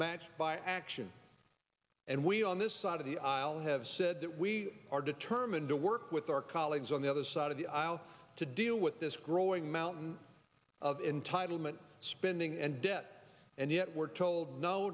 matched by action and we on this side of the aisle have said that we are determined to work with our colleagues on the other side of the aisle to deal with this growing mountain of entitlement spending and debt and yet we're told no